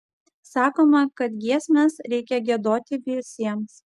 sakoma kad giesmes reikia giedoti visiems